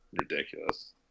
ridiculous